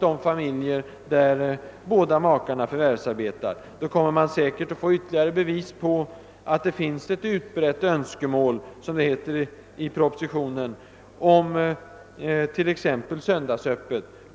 samt familjer där båda makarna förvärvsarbetar. Då får man säkerligen ännu fler bevis för att det finns ett utbrett önskemål om — som det heter i propositionen — t.ex. söndagsöppet.